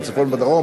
בצפון ובדרום.